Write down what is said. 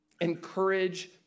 Encourage